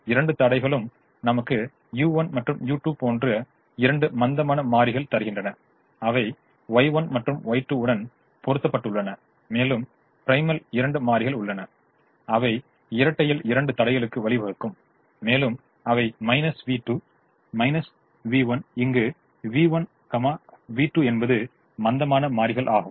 இரண்டு தடைகளும் நாமக்கு u1 மற்றும் u2 போன்ற இரண்டு மந்தமான மாறிகள் தருகின்றன அவை Y1 மற்றும் Y2 உடன் பொருத்தப்பட்டுள்ளன மேலும் ப்ரிமலில் இரண்டு மாறிகள் உள்ளன அவை இரட்டையில் இரண்டு தடைகளுக்கு வழிவகுக்கும் மேலும் அவை v1 v2 இங்கு v1 v2 என்பது மந்தமான மாறிகள் ஆகும்